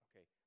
Okay